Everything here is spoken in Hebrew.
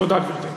תודה, גברתי.